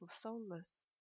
soulless